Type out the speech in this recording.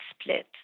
split